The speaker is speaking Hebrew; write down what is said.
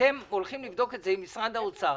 שאתם הולכים לבדוק את זה עם משרד האוצר?